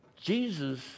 Jesus